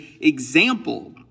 example